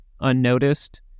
unnoticed